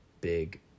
big